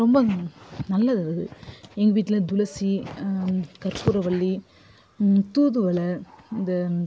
ரொம்ப நல்லது அது எங்கள் வீட்டில் துளசி கற்பூரவல்லி தூதுவளை இந்த